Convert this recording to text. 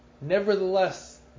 nevertheless